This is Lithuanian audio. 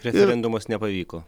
referendumas nepavyko